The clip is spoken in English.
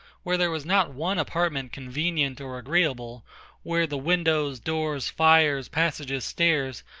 where there was not one apartment convenient or agreeable where the windows, doors, fires, passages, stairs,